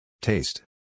Taste